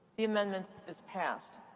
the amendment is passed.